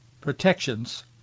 protections